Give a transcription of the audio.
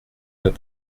pas